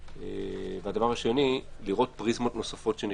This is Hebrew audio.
הדבר השני, לבחון פריזמות נוספות שנכנסות.